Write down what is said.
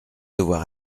devoir